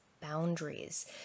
boundaries